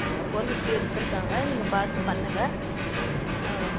okay ma'am four fifty எடுத்து இருகாங்க நீங்கள் பார்த்து பண்ணுங்கள்